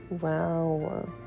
Wow